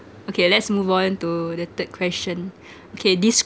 okay let's move on to the third question okay